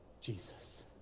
Jesus